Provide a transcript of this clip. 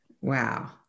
Wow